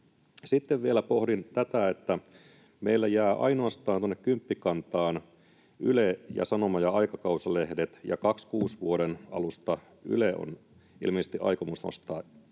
Sitten vielä pohdin tätä, että meillä jää tuonne kymppikantaan ainoastaan Yle ja sanoma- ja aikakauslehdet, ja kun 26 vuoden alusta Yle on ilmeisesti aikomus nostaa